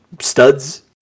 studs